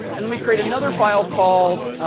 and let me create another file called,